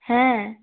হ্যাঁ